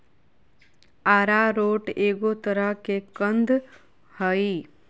arrowroot एगो तरह के कंद हइ